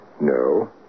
No